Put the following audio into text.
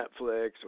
Netflix